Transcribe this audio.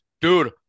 dude